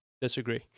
disagree